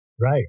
Right